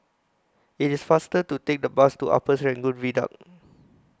IT IS faster to Take The Bus to Upper Serangoon Viaduct